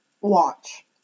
Watch